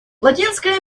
латинская